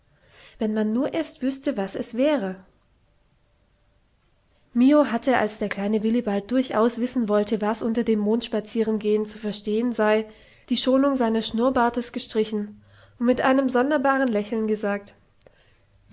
wenn man nur erst wüßte was es wäre mio hatte als der kleine willibald durchaus wissen wollte was unter dem mondspazierengehen zu verstehen sei die schonung seines schnurrbartes gestrichen und mit einem sonderbaren lächeln gesagt